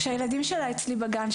שהילדים שלה אצלי בגן,